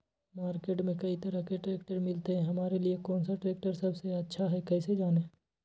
Market में कई तरह के ट्रैक्टर मिलते हैं हमारे लिए कौन सा ट्रैक्टर सबसे अच्छा है कैसे जाने?